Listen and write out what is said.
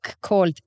called